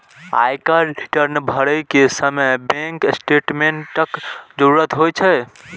आयकर रिटर्न भरै के समय बैंक स्टेटमेंटक जरूरत होइ छै